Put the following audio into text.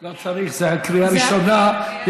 לא צריך, זה קריאה ראשונה.